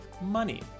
money